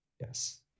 yes